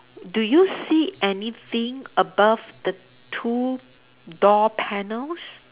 do you see anything above the two door panels